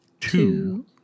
two